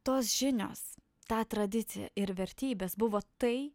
tos žinios tą tradiciją ir vertybės buvo tai